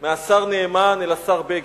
מהשר נאמן אל השר בגין.